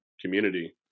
community